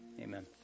amen